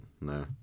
no